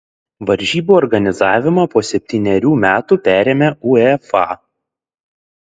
varžybų organizavimą po septynerių metų perėmė uefa